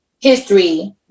history